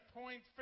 point